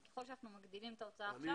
אז ככל שאנחנו מגדילים את ההוצאה עכשיו,